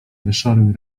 wyszoruj